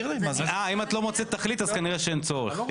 אה, אם את לא מוצאת תכלית אז כנראה שאין צורך.